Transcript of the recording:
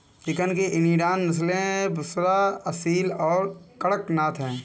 chicken की इनिडान नस्लें बुसरा, असील और कड़कनाथ हैं